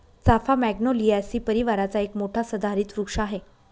चाफा मॅग्नोलियासी परिवाराचा एक मोठा सदाहरित वृक्ष आहे